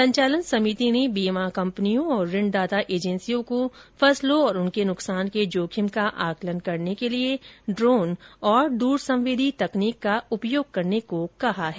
संचालन समिति ने बीमा कंपनियों और ऋण दाता एजेंसियों को फसलों और उनके नुकसान के जोखिम का आकलन करने के लिए ड्रोन और दूर संवेदी तकनीक का उपयोग करने को कहा है